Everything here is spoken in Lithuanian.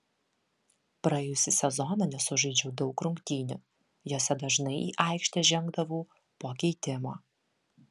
praėjusį sezoną nesužaidžiau daug rungtynių jose dažnai į aikštę žengdavau po keitimo